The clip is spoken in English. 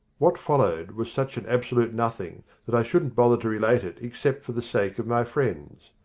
what followed was such an absolute nothing that i shouldn't bother to relate it except for the sake of my friends.